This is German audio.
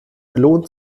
lohnt